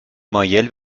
مایل